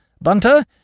Bunter